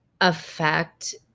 affect